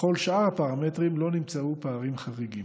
בכל שאר הפרמטרים לא נמצאו פערים חריגים.